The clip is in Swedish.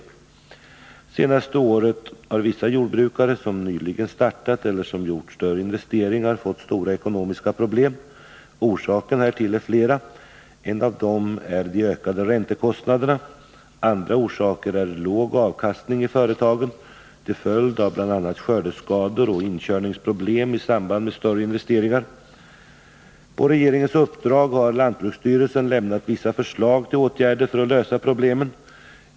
Det senaste året har vissa jordbrukare som nyligen startat eller som gjort större investeringar fått stora ekonomiska problem. Orsakerna härtill är flera. En av dem är de ökade räntekostnaderna. Andra orsaker är låg avkastning i företagen till följd av bl.a. skördeskador och inkörningsproblem i samband med större investeringar. På regeringens uppdrag har lantbruksstyrelsen lämnat vissa förslag till åtgärder för att lösa problemen.